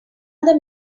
other